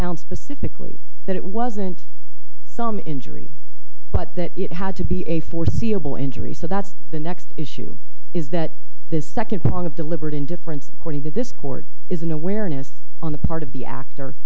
found specifically that it wasn't some injury but that it had to be a foreseeable injury so that's the next issue is that this second prong of deliberate indifference according to this court is an awareness on the part of the actor